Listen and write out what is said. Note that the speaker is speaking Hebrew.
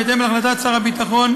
בהתאם להחלטת שר הביטחון,